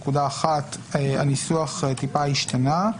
נקודה אחת, הניסוח טיפה השתנה,